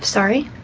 sorry.